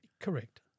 Correct